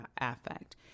affect